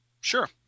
Sure